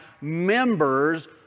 members